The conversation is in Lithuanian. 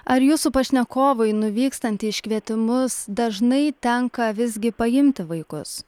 ar jūsų pašnekovui nuvykstant į iškvietimus dažnai tenka visgi paimti vaikus